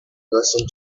listen